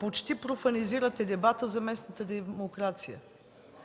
почти профанизирате дебата за местната демокрация.